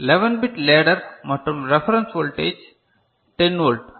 11 bit ladder மற்றும் reference voltage 10 volt